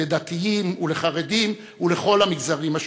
לדתיים ולחרדים ולכל המגזרים.